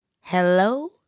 Hello